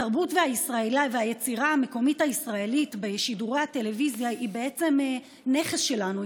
התרבות והיצירה המקומית הישראלית בשידורי הטלוויזיה הן בעצם נכס שלנו,